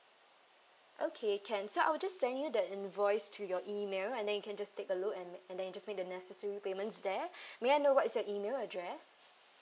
okay can so I'll just send you the invoice to your email and then you can just take a look and and then you just make the necessary payments there may I know what is your email address